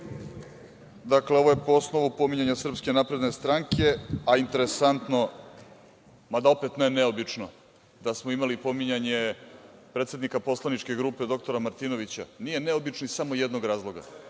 jednom. Dakle, ovo je po osnovu pominjanja Srpske napredne stranke, a interesantno, mada opet ne neobično da smo imali pominjanje predsednika poslaničke grupe doktora Martinovića. Nije neobično, iz samo jednog razloga